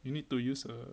you need to use a